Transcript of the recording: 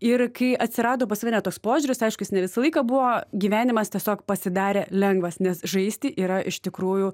ir kai atsirado pas mane toks požiūris aišku jis ne visą laiką buvo gyvenimas tiesiog pasidarė lengvas nes žaisti yra iš tikrųjų